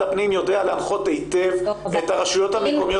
הפנים יודע להנחות היטב את הרשויות המקומיות